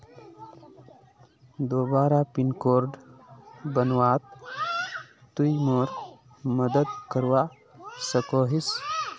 दोबारा pin code बनवात तुई मोर मदद करवा सकोहिस?